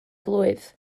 blwydd